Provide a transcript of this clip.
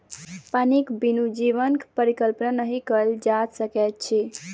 पानिक बिनु जीवनक परिकल्पना नहि कयल जा सकैत अछि